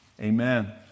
amen